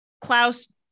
Klaus